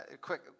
quick